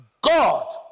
God